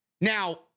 Now